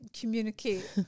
communicate